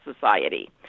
society